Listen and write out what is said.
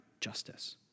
justice